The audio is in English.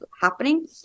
happening